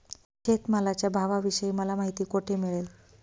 शेतमालाच्या भावाविषयी मला माहिती कोठे मिळेल?